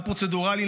גם פרוצדורלי,